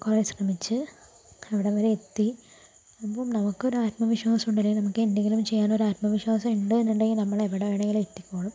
കുറെ ശ്രമിച്ച് അവിടെ വരെ എത്തി അപ്പം നമുക്ക് ഒരു ആത്മവിശ്വാസം ഉണ്ടെങ്കിലും നമുക്ക് എന്തെങ്കിലും ചെയ്യാൻ ഒരു ആത്മവിശ്വാസം ഉണ്ട് എന്നുണ്ടെങ്കിൽ നമ്മൾ എവിടെ വേണമെങ്കിലും എത്തിക്കോളും